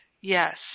Yes